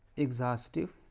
exhaustive.